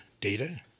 data